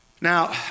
Now